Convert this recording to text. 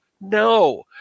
No